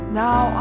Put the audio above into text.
now